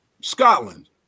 Scotland